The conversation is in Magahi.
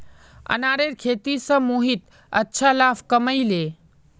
अनारेर खेती स मोहित अच्छा लाभ कमइ ले